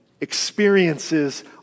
experiences